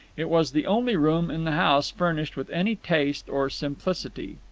it was the only room in the house furnished with any taste or simplicity.